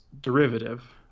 derivative